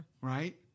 right